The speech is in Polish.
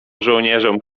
żołnierzom